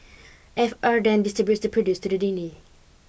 F R then distributes the produce to the needy